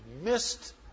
missed